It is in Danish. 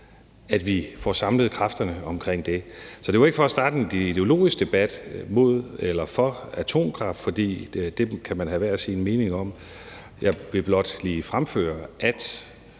hurtigt, altså sol og vind. Så det var ikke for at starte en ideologisk debat om for eller imod atomkraft, for det kan man have hver sin mening om, men jeg vil blot lige fremføre, at